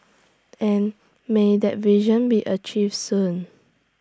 and may that vision be achieved soon